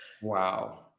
Wow